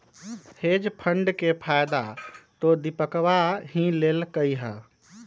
hedge fund के फायदा तो दीपकवा ही लेल कई है